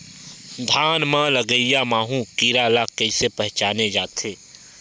धान म लगईया माहु कीरा ल कइसे पहचाने जाथे?